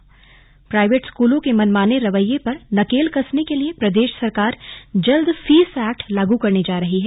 slug fees act private स्कूलों के मनमाने रवैये पर नकेल कसने के लिए प्रदेश सरकार जल्द फीस एक्ट लागू करने जा रही है